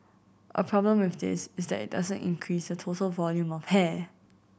a problem with this is that it doesn't increase the total volume of hair